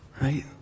Right